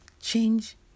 Change